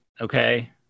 okay